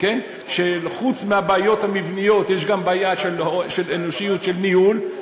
שחוץ מהבעיות המבניות יש גם בעיה של אנושיות של ניהול,